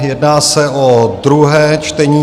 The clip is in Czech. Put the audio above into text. Jedná se o druhé čtení.